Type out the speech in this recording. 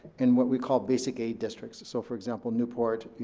in what we call basic aid districts. so for example, newport,